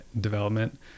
development